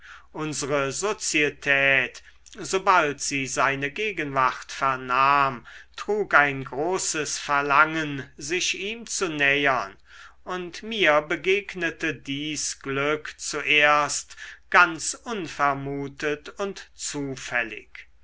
unsere sozietät sobald sie seine gegenwart vernahm trug ein großes verlangen sich ihm zu nähern und mir begegnete dies glück zuerst ganz unvermutet und zufällig